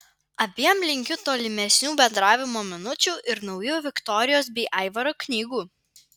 abiem linkiu tolimesnių bendravimo minučių ir naujų viktorijos bei aivaro knygų